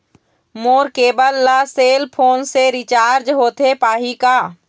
मोर cable ला cell phone से recharge होथे पाही का?